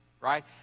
Right